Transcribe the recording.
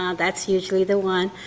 um that's usually the one.